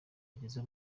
bageze